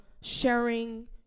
sharing